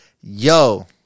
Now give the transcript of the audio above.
Yo